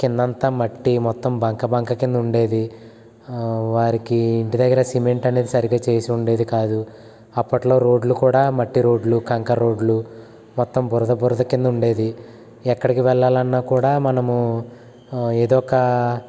కిందంతా మట్టి మొత్తం బంక బంక కింద ఉండేది వారికి ఇంటిదగ్గర సిమెంట్ అనేది సరిగా చేసి ఉండేది కాదు అప్పట్లో రోడ్లు కూడా మట్టి రోడ్లు కంకర రోడ్లు మొత్తం బురద బురద కింద ఉండేది ఎక్కడికి వెళ్ళాలన్న కూడా మనము ఏదో ఒక